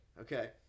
Okay